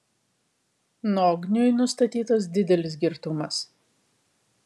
nogniui nustatytas didelis girtumas